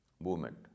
movement